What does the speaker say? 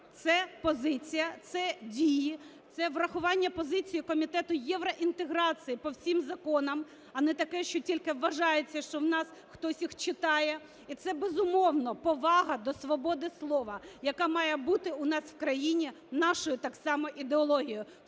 Це позиція, це дії, це врахування позиції Комітету євроінтеграції по всім законам, а не таке, що тільки вважається, що в нас хтось їх читає. І це, безумовно, повага до свободи слова, яка має бути у нас в країні нашою так само ідеологією.